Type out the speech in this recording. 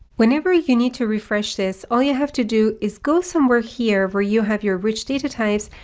whenever you need to refresh this, all you have to do is go somewhere here, where you have your rich data types,